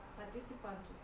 participant